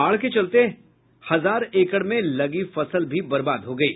बाढ़ के चलते हजार एकड़ में लगी फसल भी बर्बाद हो गयी